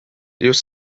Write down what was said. just